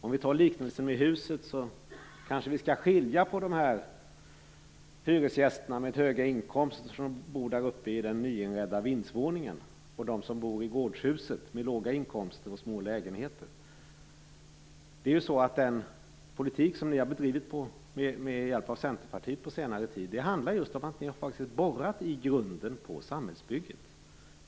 Om vi tar liknelsen med huset kanske vi skall skilja på hyresgästerna med höga inkomster som bor där uppe i den nyinredda vindsvåningen och de som bor i gårdshuset med låga inkomster och små lägenheter. Den politik som ni på senare tid har bedrivit med hjälp av Centerpartiet handlar just om att ni har borrat i grunden på samhällsbygget.